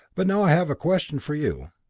but now i have a question for you.